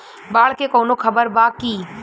बाढ़ के कवनों खबर बा की?